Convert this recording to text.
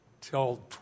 till